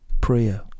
prayer